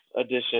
edition